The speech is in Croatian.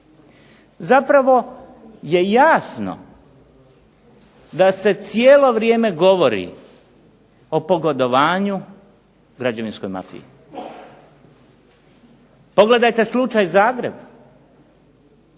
zapravo je jasno da se cijelo vrijeme govori o pogodovanju građevinskoj mafiji. Pogledajte "slučaj Zagreb",